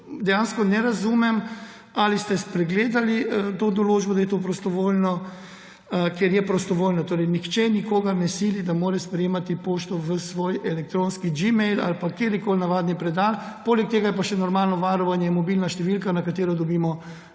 dejansko ne razumem, ali ste spregledali določbo, da je to prostovoljno. Ker je prostovoljno, torej nihče nikogar ne sili, da mora sprejemati pošto v svoj elektronski gmail ali pa katerikoli navadni predal. Poleg tega je pa še normalno varovanje mobilna številka, na katero dobimo